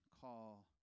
call